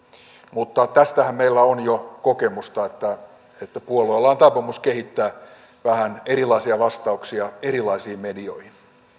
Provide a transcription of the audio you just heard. mutta tästähän meillä on jo kokemusta että että puolueilla on taipumus kehittää vähän erilaisia vastauksia erilaisiin medioihin